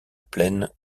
plaine